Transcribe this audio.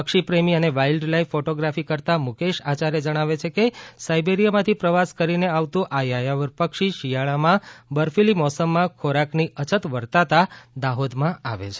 પક્ષીપ્રેમી અને wild life photography કરતા મુકેશ આચાર્ય જણાવે છે કે સાયબેરીયામાંથી પ્રવાસ કરીને આવતું આ યાયાવર પક્ષી શિયાળામાં બર્ફીલી મોસમમાં ખોરાકની અછત વર્તાતા દાહોદમાં આવે છે